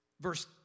Verse